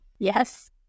Yes